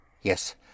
Yes